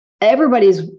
everybody's